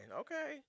okay